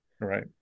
Right